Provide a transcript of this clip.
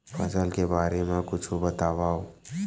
फसल के बारे मा कुछु बतावव